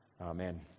Amen